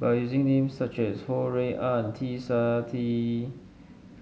by using names such as Ho Rui An T